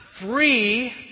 three